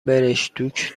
برشتوک